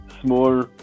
small